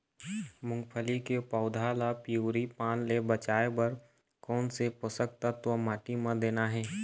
मुंगफली के पौधा ला पिवरी पान ले बचाए बर कोन से पोषक तत्व माटी म देना हे?